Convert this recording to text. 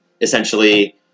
essentially